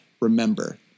Remember